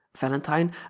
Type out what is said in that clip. Valentine